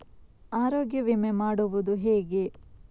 ಆರೋಗ್ಯ ವಿಮೆ ಮಾಡುವುದು ಹೇಗೆ?